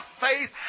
faith